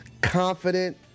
confident